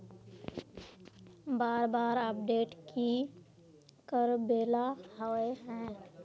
बार बार अपडेट की कराबेला होय है?